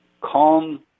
calm